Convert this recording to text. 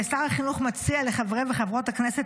שר החינוך מציע לחברי וחברות הכנסת